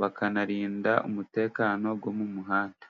bakanarinda umutekano wo mu muhanda.